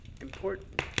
important